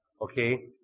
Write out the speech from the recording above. Okay